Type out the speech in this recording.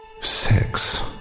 Sex